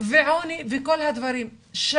ועוני וכל הדברים הללו,